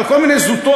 על כל מיני זוטות,